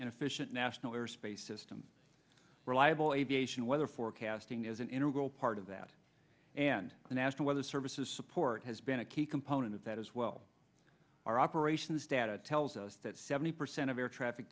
and efficient national airspace system reliable aviation weather forecasting is an integral part of that and the national weather services support has been a key component of that as well our operations data tells us that seventy percent of air traffic